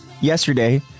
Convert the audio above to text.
yesterday